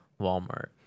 Walmart